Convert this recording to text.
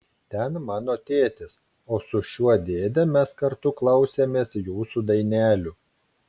ten mano tėtis o su šiuo dėde mes kartu klausėmės jūsų dainelių